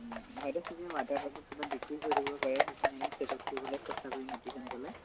water পাইপত ক'বাত decrease হৈ থাকিব পাৰে সেইখিনি আমি চেক আউট কৰিবলৈ চেষ্টা কৰিম অতি সোনকালে